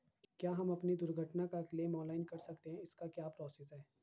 क्या हम अपनी दुर्घटना का क्लेम ऑनलाइन कर सकते हैं इसकी क्या प्रोसेस है?